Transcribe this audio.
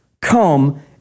come